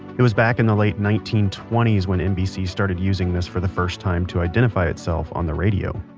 it was back in the late nineteen twenty s when nbc started using this for the first time to identify itself on the radio